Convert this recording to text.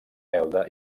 elda